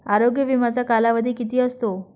आरोग्य विम्याचा कालावधी किती असतो?